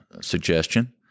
suggestion